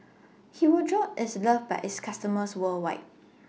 Hirudoid IS loved By its customers worldwide